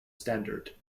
standard